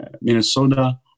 Minnesota